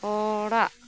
ᱚᱻᱲᱟᱜ